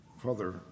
Father